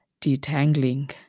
detangling